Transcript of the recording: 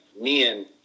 men